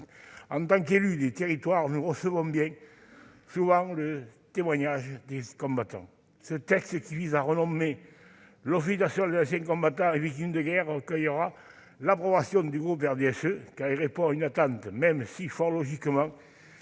en tant qu'élus des territoires, nous recevons bien souvent le témoignage des combattants. Ce texte, qui vise à renommer l'Office national des anciens combattants et victimes de guerre, recueillera l'approbation du RDSE, car il répond à une attente, même si, fort logiquement,